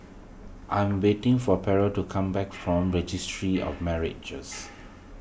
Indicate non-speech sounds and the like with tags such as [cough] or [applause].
I'm waiting for Pearle to come back from Registry of Marriages [noise]